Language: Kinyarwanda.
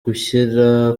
gushyira